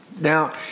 Now